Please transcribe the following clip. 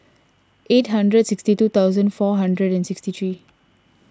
eight hundred sixty two thousand four hundred and sixty three